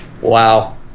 Wow